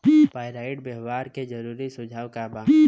Pyrite व्यवहार के जरूरी सुझाव का वा?